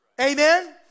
Amen